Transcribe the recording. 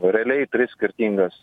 realiai tris skirtingas